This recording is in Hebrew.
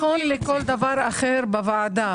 זה נכון גם לכל דבר אחר בוועדה.